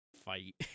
fight